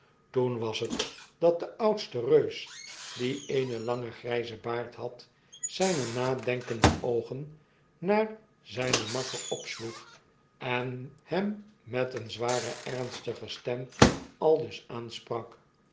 toen was het dat de oudste reus die eenen langen grgzen baard had zgne nadenkende oogen naar zijnen makker opsloeg en hem met eene zware ernstige stem aldus aansprak